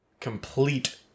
complete